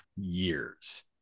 years